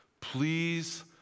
Please